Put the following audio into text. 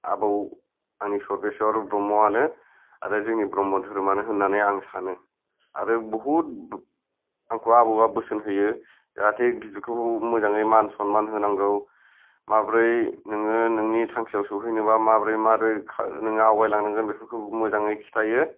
आबौ आंनि सरबेसर ब्रह्म आनो आरो जोंनि ब्रह्म धोरोमानो होननानै आं सानो आरो बहुथ आंखौ आबौआ बोसोन हायो जाहाथे गिदिरखौबो मोजाङै मानसनमान होनांगौ माबोरै नोङो नोंनि थांखियाव सौहैनोबा माबोरै माबोरै नोङो आवगायलांनांगोन बेफोरखौ नोङो मोजाङै खिन्थायो